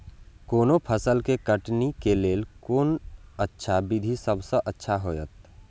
कोनो फसल के कटनी के लेल कोन अच्छा विधि सबसँ अच्छा होयत?